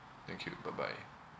thank you bye bye